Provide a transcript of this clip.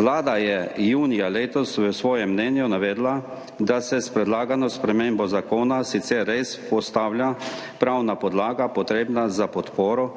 Vlada je junija letos v svojem mnenju navedla, da se s predlagano spremembo zakona sicer res postavlja pravna podlaga, potrebna za podporo